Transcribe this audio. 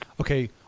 okay